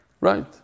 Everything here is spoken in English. right